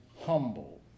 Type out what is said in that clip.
humble